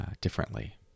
differently